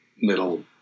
middle